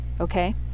Okay